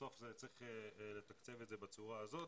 בסוף צריך לתקצב את זה בצורה הזאת.